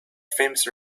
famous